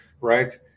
right